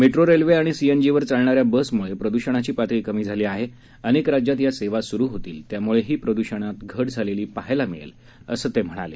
metro railway आणि सीएनजीवर चालणाऱ्या बसमुळे प्रदूषणाची पातळी कमी झाली आहे अनेक राज्यात या सेवा सुरु होणार आहेत त्यामुळेही प्रद्षणात घट झालेली पाहायला मिळेल असं ते म्हणाले